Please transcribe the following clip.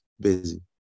busy